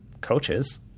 coaches